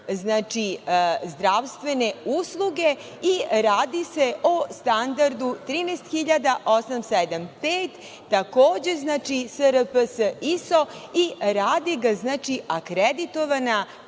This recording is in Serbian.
na zdravstvene usluge i radi se o standardu 13875, takođe SRPS ISO i rade ga akreditovana